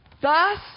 Thus